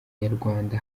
nyarwanda